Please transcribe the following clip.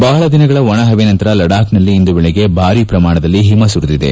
ಬಹಳ ದಿನಗಳ ಒಣಹವೆ ನಂತರ ಲಡಾಖ್ನಲ್ಲಿ ಇಂದು ಬೆಳಗ್ಗೆ ಭಾರೀ ಪ್ರಮಾಣದಲ್ಲಿ ಹಿಮ ಸುರಿದಿದೆ